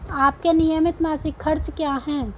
आपके नियमित मासिक खर्च क्या हैं?